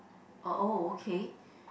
oh okay